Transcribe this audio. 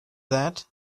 that